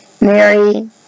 Mary